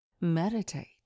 meditate